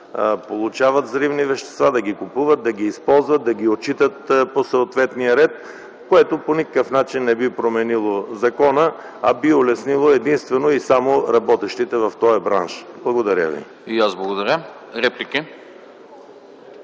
получават взривни вещества, да ги купуват, да ги използват, да ги отчитат по съответния ред, което по никакъв начин не би променило закона, а би улеснило единствено и само работещите в този бранш. Благодаря ви. ПРЕДСЕДАТЕЛ АНАСТАС